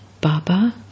Baba